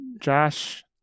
Josh